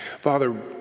Father